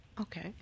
Okay